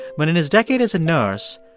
but in his decade as a nurse,